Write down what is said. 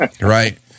right